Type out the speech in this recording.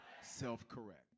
Self-correct